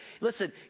Listen